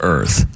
Earth